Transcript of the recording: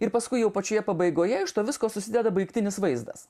ir paskui jau pačioje pabaigoje iš to viskas susideda baigtinis vaizdas